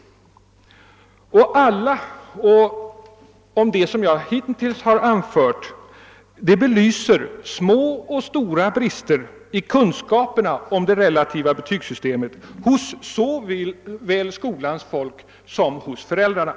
Vad som anförts i dessa sammanhang belyser små och stora brister i kunskaperna om det relativa betygssystemet hos såväl skolans folk som hos föräldrarna.